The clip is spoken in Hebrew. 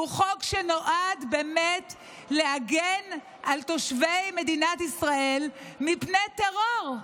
שהוא חוק שנועד להגן על תושבי מדינת ישראל מפני טרור.